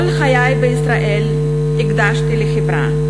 את כל חיי בישראל הקדשתי לחברה.